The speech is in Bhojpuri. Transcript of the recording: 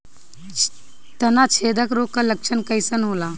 तना छेदक रोग का लक्षण कइसन होला?